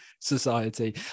society